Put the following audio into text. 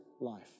life